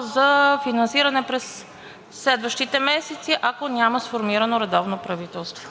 за финансиране през следващите месеци, ако няма сформирано редовно правителство.